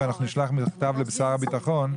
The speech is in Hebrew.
ואנחנו נשלח מכתב לשר הביטחון,